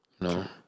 No